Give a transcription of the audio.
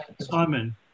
Simon